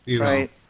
Right